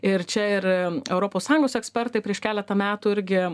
ir čia ir europos sąjungos ekspertai prieš keletą metų irgi